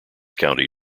county